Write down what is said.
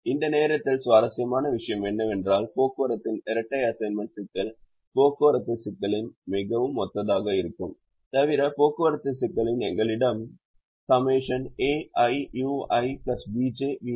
இந்த நேரத்தில் சுவாரஸ்யமான விஷயம் என்னவென்றால் போக்குவரத்தின் இரட்டை அசைன்மென்ட் சிக்கல் போக்குவரத்து சிக்கலின் மிகவும் ஒத்ததாக இருக்கிறது தவிர போக்குவரத்து சிக்கலில் எங்களிடம் ∑ aiui bjvj இருந்தது